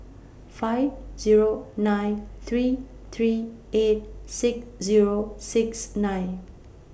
five Zero nine three three eight six Zero six nine